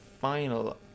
final